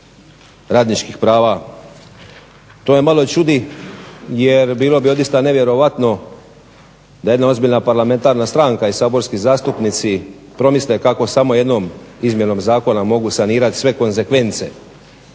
To me malo čuti jer bilo bi doista nevjerojatno da jedna ozbiljna parlamentarna stranka i saborski zastupnici promisle kako samo jednom izmjenom zakona mogu sanirati sve konzekvence